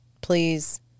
please